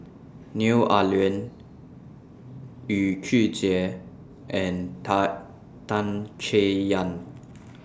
Neo Ah Luan Yu Zhuye and Ta Tan Chay Yan